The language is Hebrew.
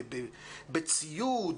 בציוד,